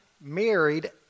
married